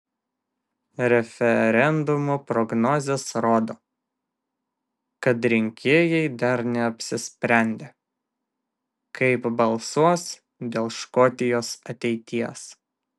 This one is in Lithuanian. referendumo prognozės rodo kad rinkėjai dar neapsisprendę kaip balsuos dėl škotijos ateities